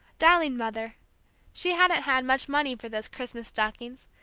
darling mother she hadn't had much money for those christmas stockings,